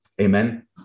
Amen